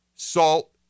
Salt